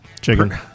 chicken